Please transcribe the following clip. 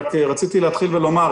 רציתי להתחיל ולומר,